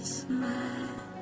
smile